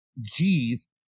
G's